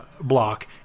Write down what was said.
block